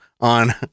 on